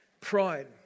Pride